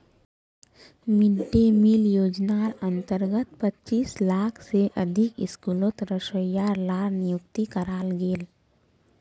mid day meal योज्नार अंतर्गत पच्चीस लाख से अधिक स्कूलोत रोसोइया लार नियुक्ति कराल गेल